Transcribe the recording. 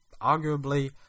arguably